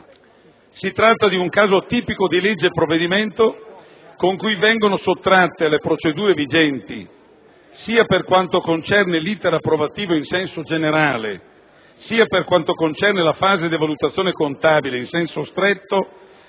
Si tratta di un caso tipico di legge‑provvedimento con cui vengono sottratte alle procedure vigenti, sia per quanto concerne l'*iter* approvativo in senso generale, sia per quanto concerne la fase di valutazione contabile in senso stretto,